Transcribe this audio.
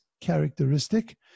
characteristic